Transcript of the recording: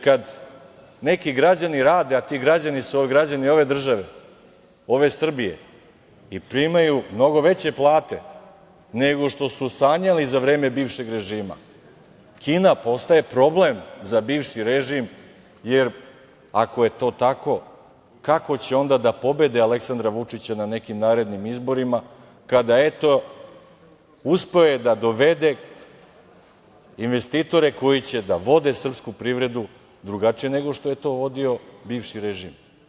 Kada neki građani rade, a ti građani su građani ove države, ove Srbije i primaju mnogo veće plate, nego što su sanjali za vreme bivšeg režima, Kina postaje problem za bivši režim, jer ako je to tako kako će onda da pobede Aleksandra Vučića na nekim narednim izborima, kada eto, uspeo je da dovede investitore koji će da vode srpsku privredu drugačije, nego što je to vodio bivši režim.